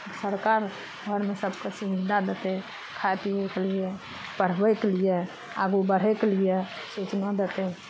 सरकार घरमे सभकेँ सुविधा देतै खाइ पियैके लिए पढ़बयके लिए आगू बढ़यके लिए सूचना देतै